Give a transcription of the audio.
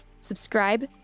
Subscribe